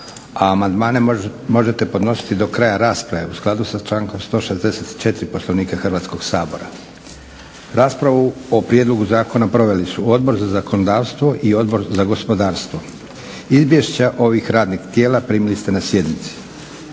a amandmane možete podnositi do kraja rasprave u skladu sa člankom 164. Poslovnika Hrvatskog sabora. Raspravu o prijedlogu zakona proveli su Odbor za zakonodavstvo i Odbor za gospodarstvo. Izvješća ovih radnih tijela primili ste na sjednici.